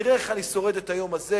נראה איך אני שורד את היום הזה,